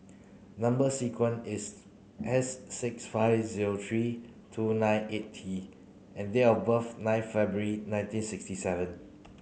number sequence is S six five zero three two nine eight T and date of birth nine February nineteen sixty seven